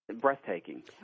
breathtaking